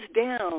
down